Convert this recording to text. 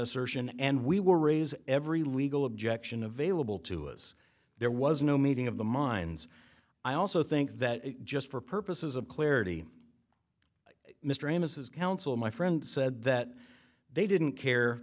assertion and we were raising every legal objection available to us there was no meeting of the minds i also think that just for purposes of clarity mr amos is counsel my friend said that they didn't care